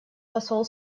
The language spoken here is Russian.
посол